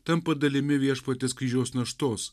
tampa dalimi viešpaties kryžiaus naštos